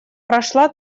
прошла